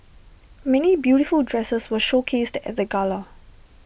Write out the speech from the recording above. many beautiful dresses were showcased at the gala